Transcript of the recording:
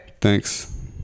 Thanks